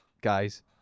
guys